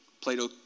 Plato